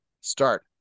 start